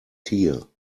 tier